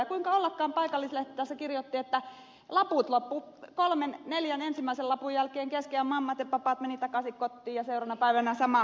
ja kuinka ollakaan paikallislehti tässä kirjoitti että laput loppuivat kolmen neljän ensimmäisen lapun jälkeen kesken ja mammat ja papat menivät takaisin kotiin ja seuraavana päivänä sama homma uudestaan